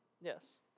Yes